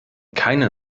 keine